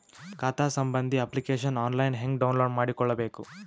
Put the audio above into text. ಖಾತಾ ಸಂಬಂಧಿ application online ಹೆಂಗ್ ಡೌನ್ಲೋಡ್ ಮಾಡಿಕೊಳ್ಳಬೇಕು?